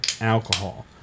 alcohol